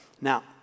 Now